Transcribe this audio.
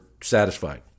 Satisfied